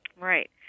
Right